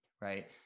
right